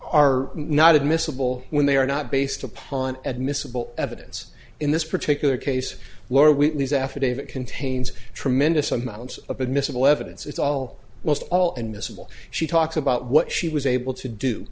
are not admissible when they are not based upon admissible evidence in this particular case or witness affidavit contains tremendous amounts of admissible evidence it's all most all in miscible she talks about what she was able to do